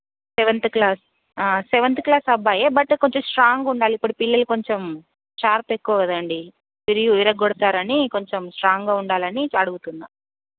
seventh class seventh class అబ్బాయే but కొంచెం strong ఉండాలి ఇప్పుడు పిల్లలు కొంచెం షార్ప్ ఎక్కువ కదండి విరియు విరగొడతారని కొంచెం స్ట్రాంగ్గా ఉండాలని అడుగుతున్నా